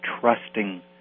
trusting